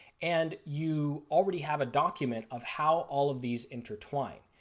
and you already have a document of how all of these intertwine.